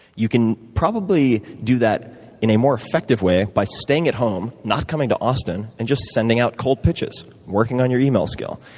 you can probably do that in a more effective way by staying at home, not coming to austin, and just sending out cold pitches and working on your email skill.